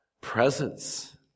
presence